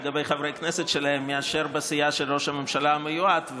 לגבי חברי הכנסת שלהם מאשר בסיעה של ראש הממשלה המיועד,